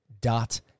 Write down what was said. dot